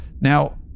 Now